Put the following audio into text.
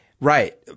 Right